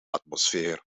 atmosfeer